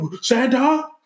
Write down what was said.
Santa